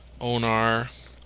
Onar